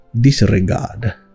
disregard